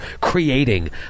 creating